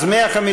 לא.